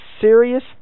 serious